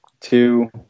two